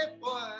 boy